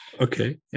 Okay